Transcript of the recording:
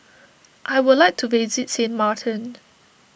I would like to visit Sint Maarten